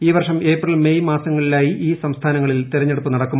ഈ വർഷം April May മാസങ്ങളിലായി ഈ സംസ്ഥാനങ്ങളിൽ തിരഞ്ഞെടുപ്പ് നടക്കും